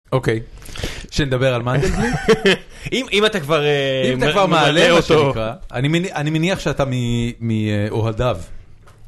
אוקיי, שנדבר על מה? אם אתה כבר... אם אתה כבר מעלה אותו, אני מניח שאתה מאוהדיו.